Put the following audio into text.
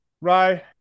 Right